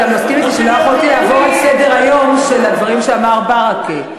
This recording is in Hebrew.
אבל אתה מסכים אתי שלא יכולתי לעבור לסדר-היום על הדברים שאמר ברכה.